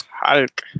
Hulk